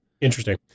Interesting